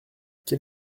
quel